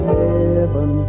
heaven